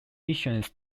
missions